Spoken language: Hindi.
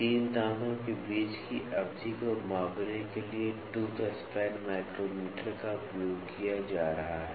तीन दांतों के बीच की अवधि को मापने के लिए टूथ स्पैन माइक्रोमीटर का उपयोग किया जा रहा है